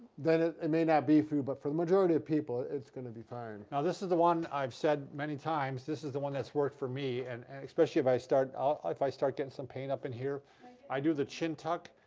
then it it may not be for you, but for majority of people it's going to be fine now this is the one, i've said many times, this is the one that's worked for me. and especially if i start ah if i start getting some pain up in here i do the chin tuck,